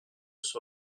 sur